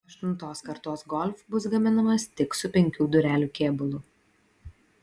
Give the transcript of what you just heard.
aštuntos kartos golf bus gaminamas tik su penkių durelių kėbulu